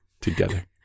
Together